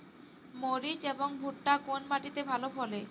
মরিচ এবং ভুট্টা কোন মাটি তে ভালো ফলে?